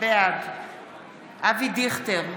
בעד אבי דיכטר,